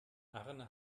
arne